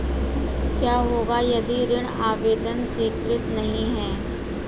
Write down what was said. क्या होगा यदि ऋण आवेदन स्वीकृत नहीं है?